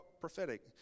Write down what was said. prophetic